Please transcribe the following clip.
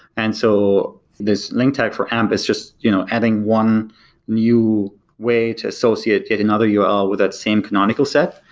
and so this link type for amp is just you know adding one new way to associate in another url with that same canonical set.